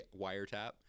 wiretap